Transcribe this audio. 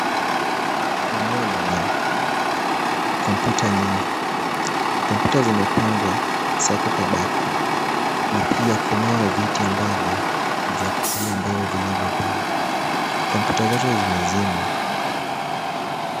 Eneo lenye kompyuta nyingi. Kompyuta zimepangwa sako kwa bako na pia kunao viti ambavyo vya kukalia ambavyo vilivyo pale. Kompyuta zote zimezimwa.